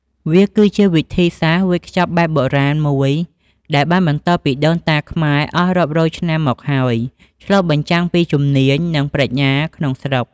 វាគឺជា វិធីសាស្ត្រវេចខ្ចប់បែបបុរាណ មួយដែលបានបន្តពីដូនតាខ្មែរអស់រាប់រយឆ្នាំមកហើយ ឆ្លុះបញ្ចាំងពីជំនាញ និងប្រាជ្ញាក្នុងស្រុក។